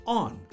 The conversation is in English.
on